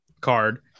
card